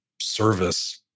service